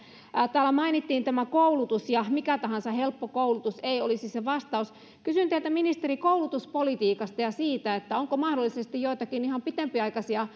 täällä mainittiin tämä koulutus ja se että mikä tahansa helppo koulutus ei olisi se vastaus kysyn teiltä ministeri koulutuspolitiikasta ja siitä onko mahdollisesti joitakin ihan pitempiaikaisia